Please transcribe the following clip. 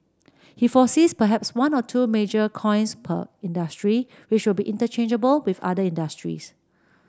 he foresees perhaps one or two major coins per industry which will be interchangeable with other industries